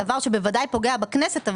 דבר שבוודאי פוגע בכנסת,